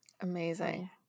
amazing